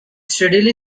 steadily